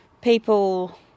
people